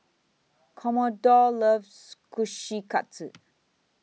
Commodore loves Kushikatsu